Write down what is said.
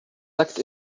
tucked